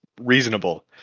reasonable